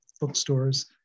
bookstores